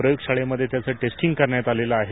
प्रयोगशाळेमध्ये त्याचं टेस्टिंग करण्यात आलेलं आहे